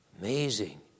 Amazing